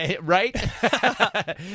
Right